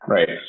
Right